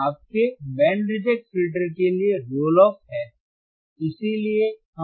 आपके band reject filter के लिए रोल ऑफ है